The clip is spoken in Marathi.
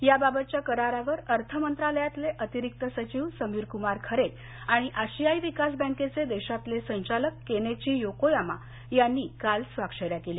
याबाबतच्या करारावर अर्थ मंत्रालयातले अतिरीक्त सचिव समीरकुमार खरे आणि आशियाई विकास बॅंकेचे देशातले संचालक केनेची योकोयामा यांनी काल स्वाक्षऱ्या केल्या